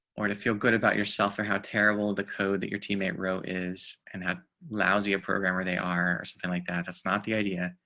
or to feel good about yourself, or how terrible the code that your teammate row is and had lousy a program where they are or something like that. that's not the idea